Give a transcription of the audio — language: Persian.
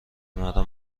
مرا